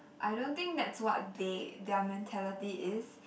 I don't think that's what they their mentality is